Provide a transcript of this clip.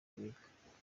biga